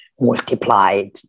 multiplied